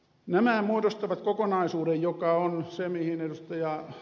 nämä muodostavat kokonaisuuden joka on se mihin ed